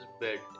bed